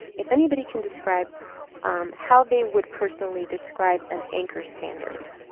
if anybody can describe how they would personally describe an anchor standard.